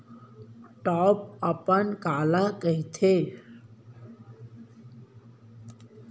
Top अपन काला कहिथे?